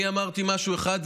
אני אמרתי משהו אחד,